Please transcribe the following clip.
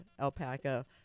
Alpaca